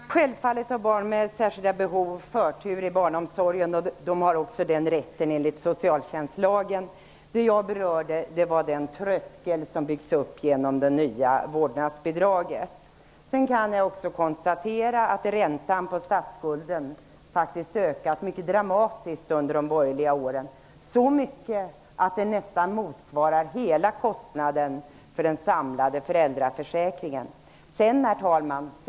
Herr talman! Självfallet har barn med särskilda behov förtur i barnomsorgen, och de har också den rätten enligt socialtjänstlagen. Det jag berörde var den tröskel som byggs genom det nya vårdnadsbidraget. Jag kan också konstatera att räntan på statsskulden faktiskt ökat mycket dramatiskt under de borgerliga åren -- så mycket att det motsvarar nästan hela kostnaden för den samlade föräldraförsäkringen. Herr talman!